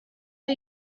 are